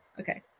Okay